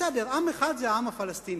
בסדר, עם אחד זה העם הפלסטיני.